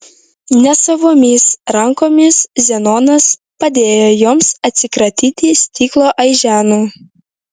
nesavomis rankomis zenonas padėjo joms atsikratyti stiklo aiženų